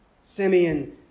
Simeon